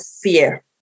fear